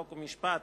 חוק ומשפט